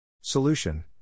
Solution